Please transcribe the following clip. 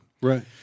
Right